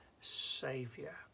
saviour